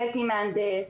הבאתי מהנדס,